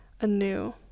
anew